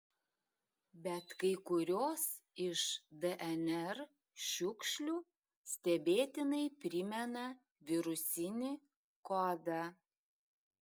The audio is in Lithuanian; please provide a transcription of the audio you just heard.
bet kai kurios iš dnr šiukšlių stebėtinai primena virusinį kodą